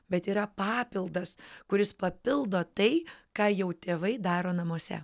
bet yra papildas kuris papildo tai ką jau tėvai daro namuose